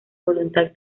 voluntad